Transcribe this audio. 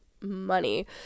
money